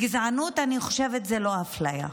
גזענות, אני חושבת שזו לא אפליה.